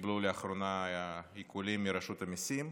שקיבלו לאחרונה עיקולים מרשות המיסים.